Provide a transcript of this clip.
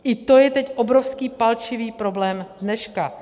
I to je teď obrovský palčivý problém dneška.